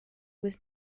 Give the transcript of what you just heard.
was